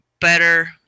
better